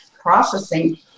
processing